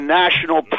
national